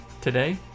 Today